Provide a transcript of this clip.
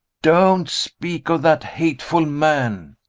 don't speak of that hateful man!